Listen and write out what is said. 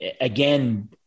again